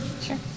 sure